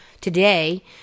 today